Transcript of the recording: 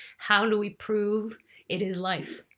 how do we prove it is life?